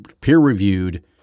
peer-reviewed